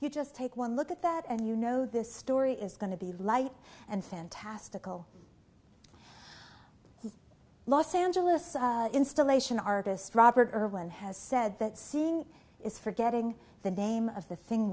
you just take one look at that and you know this story is going to be light and fantastical los angeles installation artist robert irwin has said that seeing is forgetting the name of the thing